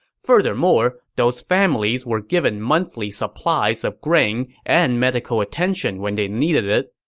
furthermore, those families were given monthly supplies of grain and medical attention when they needed it.